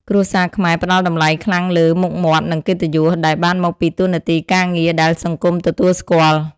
គ្រួសារខ្មែរផ្តល់តម្លៃខ្លាំងលើ "មុខមាត់" និង "កិត្តិយស" ដែលបានមកពីតួនាទីការងារដែលសង្គមទទួលស្គាល់។